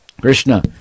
Krishna